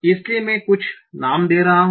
इसलिए मैं ये कुछ नाम दे रहा हूं